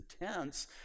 intense